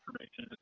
information